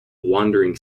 wandering